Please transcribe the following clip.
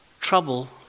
trouble